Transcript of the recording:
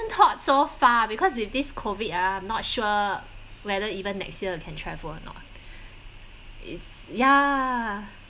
thought so far because with this COVID ah I'm not sure whether even next year we can travel or not it's ya